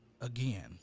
again